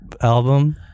album